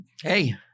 Hey